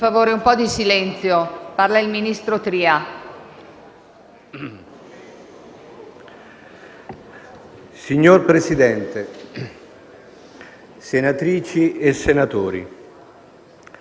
Signor Presidente, senatrici e senatori,